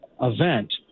event